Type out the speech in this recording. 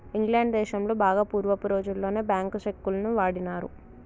England దేశంలో బాగా పూర్వపు రోజుల్లోనే బ్యేంకు చెక్కులను వాడినారు